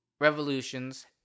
revolutions